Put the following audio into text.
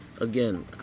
again